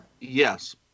Yes